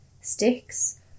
sticks